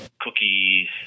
cookies